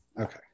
Okay